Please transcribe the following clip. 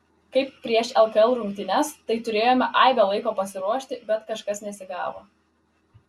kaip prieš lkl rungtynes tai turėjome aibę laiko pasiruošti bet kažkas nesigavo